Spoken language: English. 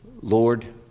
Lord